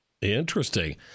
Interesting